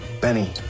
Benny